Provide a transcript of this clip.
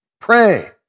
Pray